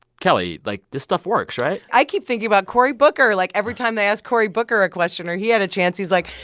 kelly, like this stuff works, right? i keep thinking about cory booker. like every time they ask cory booker a question or he had a chance he's like,